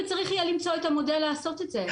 וצריך יהיה למצוא את המודל לעשות את זה.